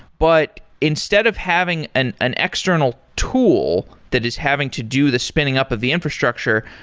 but instead of having an an external tool that is having to do the spinning up of the infrastructure,